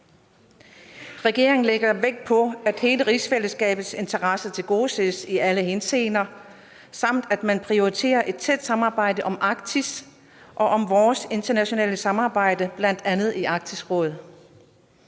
Regeringen lægger vægt på, at hele rigsfællesskabets interesser tilgodeses i alle henseender, samt at man prioriterer et tæt samarbejde om Arktis og om vores internationale samarbejde, bl.a. i Arktisk Råd.